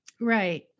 Right